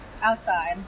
outside